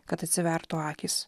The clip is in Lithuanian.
kad atsivertų akys